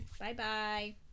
Bye-bye